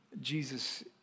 Jesus